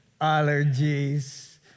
allergies